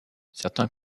certains